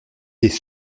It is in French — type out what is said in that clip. des